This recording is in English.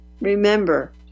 remember